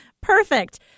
Perfect